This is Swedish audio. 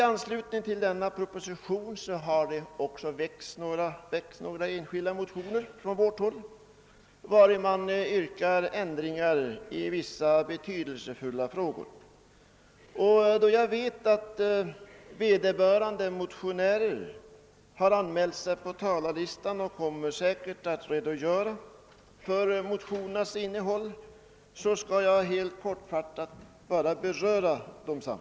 I anslutning till denna proposition har det från vårt håll väckts några enskilda motioner, vari man hemställer om ändringar i vissa betydelsefulla frågor. Då jag vet att vederbörande motionärer har anmält sig på talarlistan och säkerligen kommer att redogöra för innehållet i sina motioner, skall jag bara helt kortfattat beröra dessa.